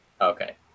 Okay